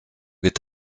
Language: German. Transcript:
wird